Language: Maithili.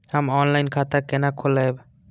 हम ऑनलाइन खाता केना खोलैब?